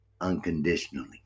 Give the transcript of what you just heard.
unconditionally